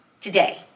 Today